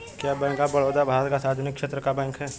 क्या bank of Baroda Bharat का सार्वजनिक क्षेत्र का बैंक है?